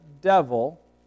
devil